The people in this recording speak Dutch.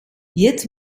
jet